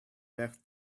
left